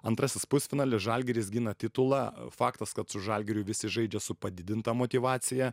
antrasis pusfinalis žalgiris gina titulą faktas kad su žalgiriu visi žaidžia su padidinta motyvacija